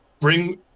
bring